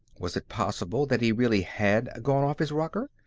was it possible that he really had gone off his rocker?